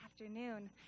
afternoon